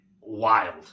wild